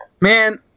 Man